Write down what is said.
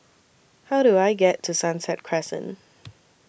How Do I get to Sunset Crescent